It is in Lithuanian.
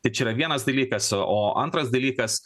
ir čia yra vienas dalykas o antras dalykas